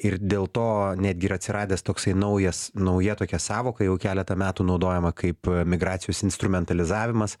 ir dėl to netgi yra atsiradęs toksai naujas nauja tokia sąvoka jau keletą metų naudojama kaip migracijos instrumentalizavimas